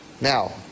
Now